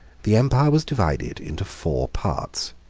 the empire was divided into four parts.